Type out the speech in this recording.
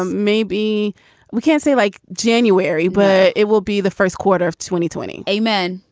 ah maybe we can't say like january, but it will be the first quarter of twenty twenty eight men.